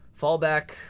Fallback